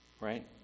Right